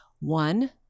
one